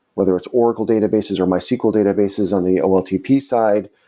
whether it's oracle databases, or mysql databases on the oltp side,